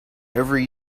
every